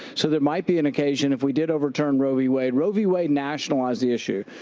so there might be an occasion if we did overturn roe v. wade roe v. wade nationalized the issue.